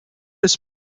his